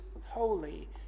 holy